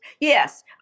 Yes